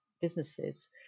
businesses